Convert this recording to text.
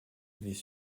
les